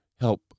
help